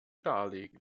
darlegen